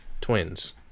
Twins